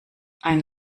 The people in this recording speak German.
ein